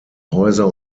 häuser